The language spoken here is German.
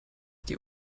die